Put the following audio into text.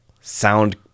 sound